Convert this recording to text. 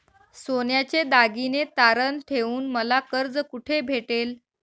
सोन्याचे दागिने तारण ठेवून मला कर्ज कुठे भेटेल?